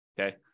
okay